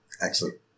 Excellent